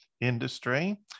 industry